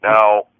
Now